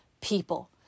people